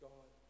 God